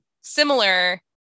Similar